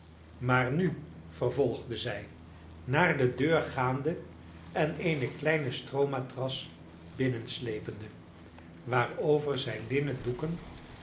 maar nu vervolgde zij naar de deur gaande en eene kleine stroomatras binnensleepende waarover zij linnen doeken